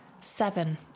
seven